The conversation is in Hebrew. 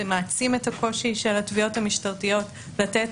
זה מעצים את הקושי של התביעות המשטרתיות לתת